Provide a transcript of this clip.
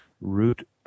root